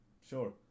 sure